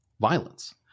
violence